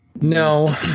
No